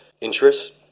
interest